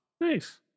Nice